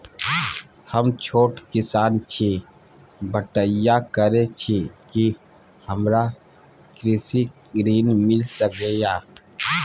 हम छोट किसान छी, बटईया करे छी कि हमरा कृषि ऋण मिल सके या?